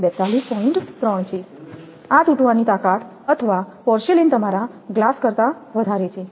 3 છે આ તૂટવાની તાકાત અથવા પોર્સેલેઇન તમારા ગ્લાસ કરતા વધારે છે